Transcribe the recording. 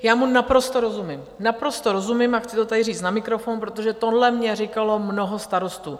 Já mu naprosto rozumím, naprosto rozumím a chci to tady říct na mikrofon, protože tohle mně říkalo mnoho starostů.